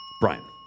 Brian